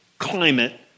climate